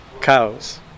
cows